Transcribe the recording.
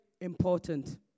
important